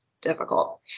difficult